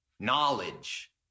knowledge